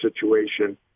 situation